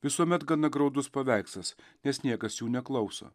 visuomet gana graudus paveikslas nes niekas jų neklauso